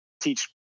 teach